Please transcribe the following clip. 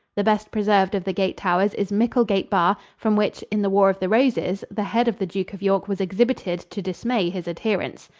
the best preserved of the gate-towers is micklegate bar, from which, in the war of the roses, the head of the duke of york was exhibited to dismay his adherents.